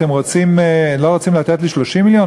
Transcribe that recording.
אתם לא רוצים לתת לי 30 מיליון,